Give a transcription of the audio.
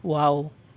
wow